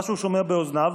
מה שהוא שומע באוזניו,